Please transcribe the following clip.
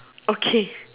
okay